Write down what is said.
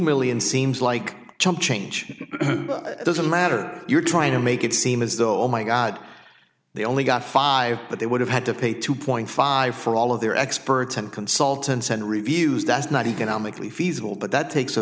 million seems like chump change doesn't matter you're trying to make it seem as though my god they only got five but they would have had to pay two point five for all of their experts and consultants and reviews that's not economically feasible but that takes a